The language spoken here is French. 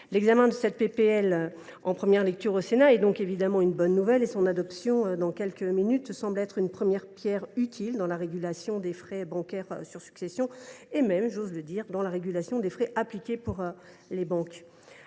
proposition de loi en première lecture au Sénat est donc une bonne nouvelle et son adoption dans quelques minutes une première pierre utile dans la régulation des frais bancaires sur succession et même, j’ose le dire, dans la régulation des frais appliqués par les banques.